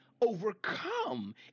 overcome